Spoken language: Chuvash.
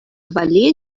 валли